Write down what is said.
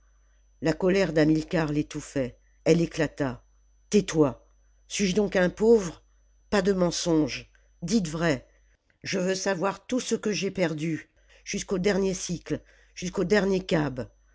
la colère d'hamilcar l'étoufifait elle éclata tais toi suis je donc un pauvre pas de mensonges dites vrai je veux savoir tout ce que j'ai perdu jusqu'au dernier sicle jusqu'au dernier